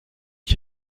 ich